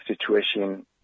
situation